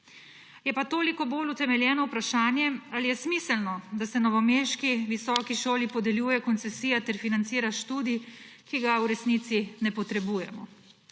Je pa toliko bolj utemeljeno vprašanje, ali je smiselno, da se novomeški visoki šoli podeljuje koncesija ter financira študij, ki ga v resnici ne potrebujemo.